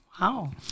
Wow